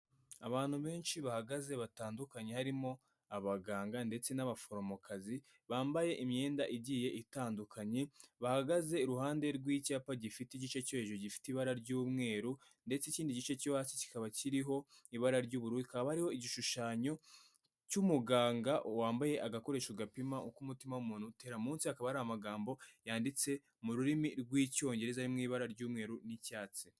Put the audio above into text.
Abantu benshi bahagaze batandukanye harimo abaganga ndetse n'abaforomokazi, bambaye imyenda igiye itandukanye, bahagaze iruhande rw'icyapa gifite igice cyo hejuru gifite ibara ry'umweru ndetse ikindi gice cyo hasi kikaba kiriho ibara ry'ubururu, hakaba hariho igishushanyo cy'umuganga wambaye agakoresho gapima uko umutima w'umuntu utera, munsi hakaba hari amagambo yanditse mu rurimi rw'Icyongereza ari mu ibara ry'umweru n'icyatsi.